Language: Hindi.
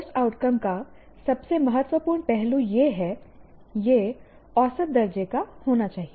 कोर्स आउटकम का सबसे महत्वपूर्ण पहलू यह है यह औसत दर्जे का होना चाहिए